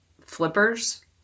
flippers